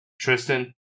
Tristan